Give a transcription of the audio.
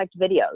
videos